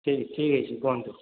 ଠିକ୍ ଠିକ୍ ଅଛି କୁହନ୍ତୁ